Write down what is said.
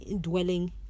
dwelling